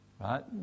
right